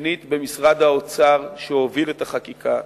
שנית, במשרד האוצר, שהוביל את החקיקה,